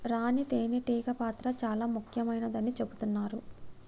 రాణి తేనే టీగ పాత్ర చాల ముఖ్యమైనదని చెబుతున్నరు